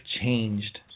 changed